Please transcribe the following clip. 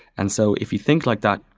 and so if you think like that,